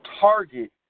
target